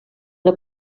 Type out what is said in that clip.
una